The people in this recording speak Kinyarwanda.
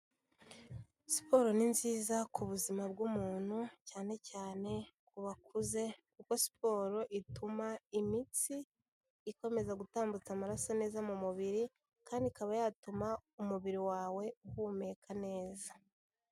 Siporo ni nziza ku buzima bw'umuntu cyane cyane ku bakuze kuko siporo ituma imitsi ikomeza gutambutsa amaraso neza mu mubiri kandi ikaba yatuma umubiri wawe uhumeka neza.